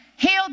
healed